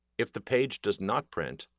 if the page does not print,